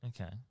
Okay